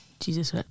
jesus